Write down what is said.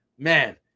Man